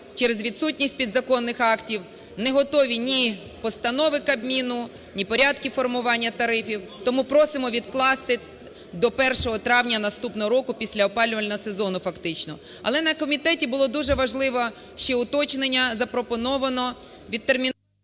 через відсутність підзаконних актів не готові ні постанови Кабміну, ні порядки формування тарифів, тому просимо відкласти до 1 травня наступного року після опалювального сезону фактично. Але на комітету було дуже важливе ще уточнення запропоновано… ГОЛОВУЮЧИЙ.